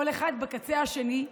כל אחד בקצה השני,